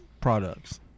products